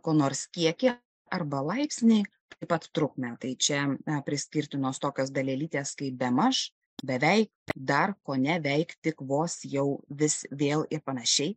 ko nors kiekį arba laipsnį taip pat trukmę tai čia priskirtinos tokios dalelytės kai bemaž beveik dar kone veik tik vos jau vis vėl ir panašiai